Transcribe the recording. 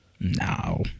No